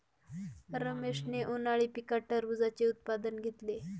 रमेशने उन्हाळी पिकात टरबूजाचे उत्पादन घेतले